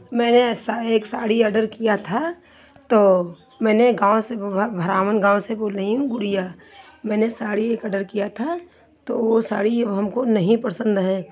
मेरे सा एक साड़ी ऑर्डर किया तो मैंने गाँव से बो भ भरावन गाँव से बोल रही हूँ गुड़िया मैंने साड़ी एक ऑर्डर किया था तो वो साड़ी हमको नहीं पसंद हैं